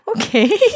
okay